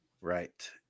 Right